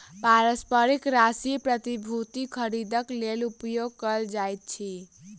पारस्परिक राशि प्रतिभूतिक खरीदक लेल उपयोग कयल जाइत अछि